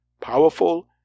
Powerful